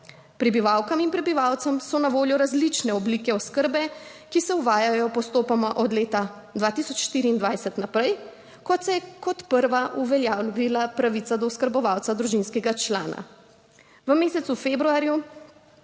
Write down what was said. Prebivalkam in prebivalcem so na voljo različne oblike oskrbe, ki se uvajajo postopoma od leta 2024 naprej, kot se je kot prva uveljavila pravica do oskrbovalca družinskega člana. V mesecu februarju